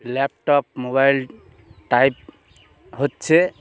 laptop mobile type হচ্ছে